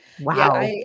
Wow